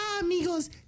amigos